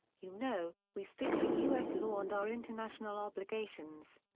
you know, we stick to u s. law and our international obligations.